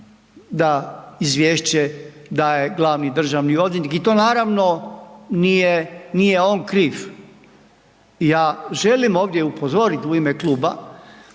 da izvješće daje glavni državni odvjetnik. I to naravno nije, nije on kriv. Ja želim ovdje upozorit u ime kluba